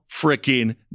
freaking